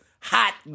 Hot